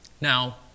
Now